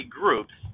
groups